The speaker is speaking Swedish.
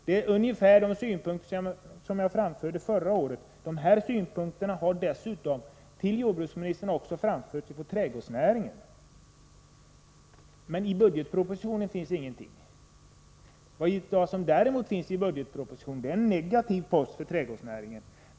Det är ungefär de synpunkter som jag framförde förra året. De här synpunkterna har dessutom framförts till jordbruksministern från företrädare för trädgårdsnäringen. Men i budgetpropositionen finns ingenting om detta. Vad som däremot finns är en negativ post när det gäller trädgårdsnäringen.